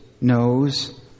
knows